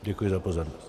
Děkuji za pozornost.